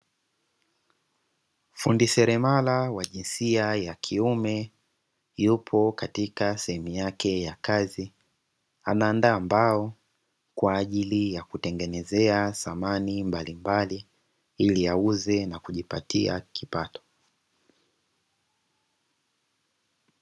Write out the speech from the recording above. Fundi seremala wa jinsia ya kiume yupo katika sehemu yake ya kazi anaandaa mbao kwaajili ya kutengenezea samani mbalimbali ili auze na kijipatia kipato.